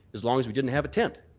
as long as we didn't have a tent.